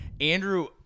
Andrew